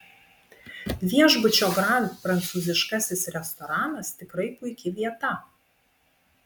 viešbučio grand prancūziškasis restoranas tikrai puiki vieta